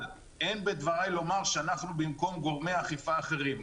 אבל אין בדבריי לומר שאנחנו במקום גורמי האכיפה האחרים.